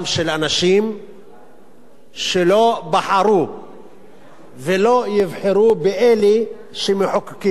אנשים שלא בחרו ולא יבחרו באלה שמחוקקים אותו.